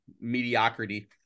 mediocrity